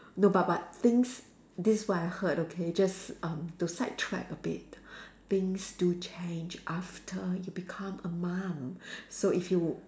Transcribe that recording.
no but but things this what I heard okay just um to sidetrack a bit things do change after you become a mum so if you